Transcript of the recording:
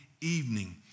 evening